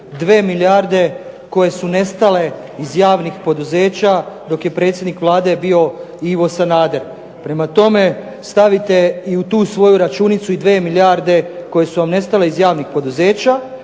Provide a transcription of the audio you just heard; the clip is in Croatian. milijarde koje su nestale iz javnih poduzeća, dok je predsjednik Vlade bio Ivo Sanader. Prema tome, stavite u tu svoju računicu i dvije milijarde koje su vam nestale iz javnih poduzeća.